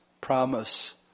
promise